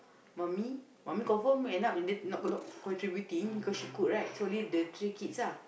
mummy mummy confirm end up in the not contributing cause she cooking right so only the three kids lah